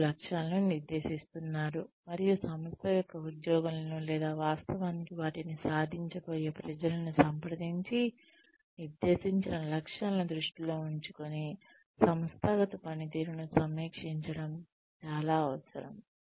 మీరు లక్ష్యాలను నిర్దేశిస్తున్నారు మరియు సంస్థ యొక్క ఉద్యోగులను లేదా వాస్తవానికి వాటిని సాధించబోయే ప్రజలను సంప్రదించి నిర్దేశించిన లక్ష్యాలను దృష్టిలో ఉంచుకుని సంస్థాగత పనితీరును సమీక్షించడం చాలా అవసరం